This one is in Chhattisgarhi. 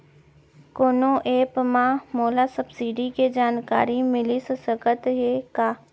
कोनो एप मा मोला सब्सिडी के जानकारी मिलिस सकत हे का?